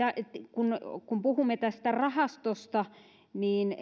kun kun puhumme tästä rahastosta niin